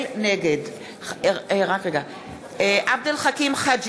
נגד עבד אל חכים חאג'